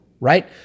right